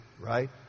right